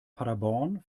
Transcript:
paderborn